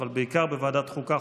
אבל בעיקר בוועדת חוקה,